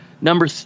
Number